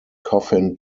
coffin